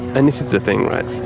and this is the thing right,